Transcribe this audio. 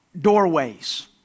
doorways